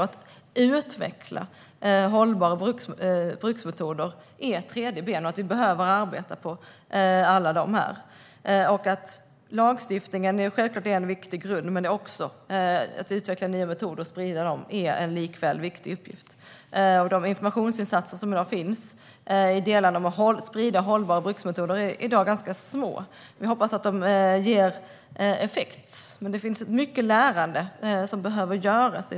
Att utveckla hållbara bruksmetoder är en tredje del, och vi behöver arbeta med alla dessa delar. Lagstiftning är självklart en viktig grund, men att utveckla nya metoder och sprida dem är likväl en viktig uppgift. De informationsinsatser som görs för att sprida hållbara bruksmetoder är i dag ganska små. Jag hoppas att de ger effekt, men det behövs mycket lärande.